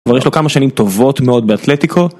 כבר יש לו כמה שנים טובות מאוד באתלטיקו